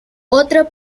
otro